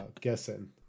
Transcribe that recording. guessing